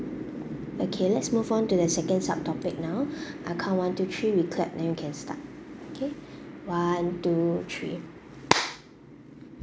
okay let's move on to the second sub topic now I count one two three we clap then we can start okay one two three